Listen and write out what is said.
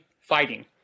fighting